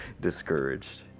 discouraged